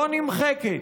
לא נמחקת.